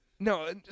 No